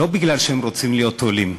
לא כי הם רוצים להיות עולים.